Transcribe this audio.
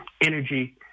energy